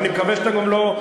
ואני מקווה שאתה גם לא,